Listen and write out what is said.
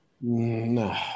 No